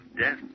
death